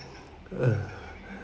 uh